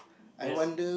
there's